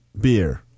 beer